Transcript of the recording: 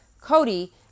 Cody